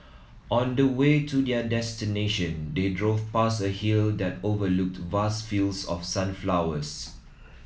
on the way to their destination they drove past a hill that overlooked vast fields of sunflowers